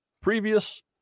previous